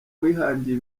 wihangiye